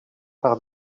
par